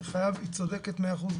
מיטל צודקת במאה אחוז,